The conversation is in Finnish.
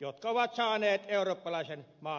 jotka ovat saaneet eurooppalaisen maan kansalaisuuden